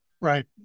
right